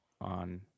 on